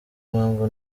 mpamvu